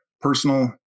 personal